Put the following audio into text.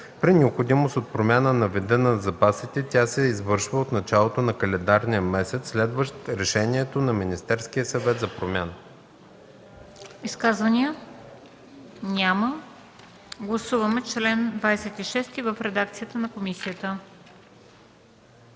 При необходимост от промяна на вида на запасите тя се извършва от началото на календарния месец, следващ решението на Министерския съвет за промяна.” ПРЕДСЕДАТЕЛ МЕНДА СТОЯНОВА: Изказвания? Няма. Гласуваме чл. 26 в редакцията на комисията.